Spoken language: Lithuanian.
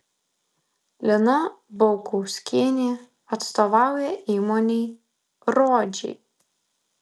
lina bankauskienė atstovauja įmonei rodžiai